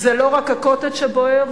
זה לא רק ה"קוטג'" שבוער,